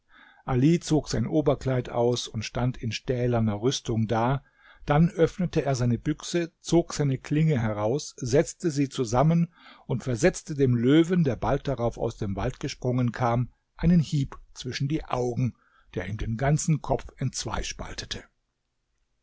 ali zog sein oberkleid aus und stand in stählener rüstung da dann öffnete er seine büchse zog seine klinge heraus setzte sie zusammen und versetzte dem löwen der bald darauf aus dem wald gesprungen kam einen hieb zwischen die augen der ihm den ganzen kopf entzwei spaltete